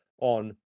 on